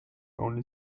only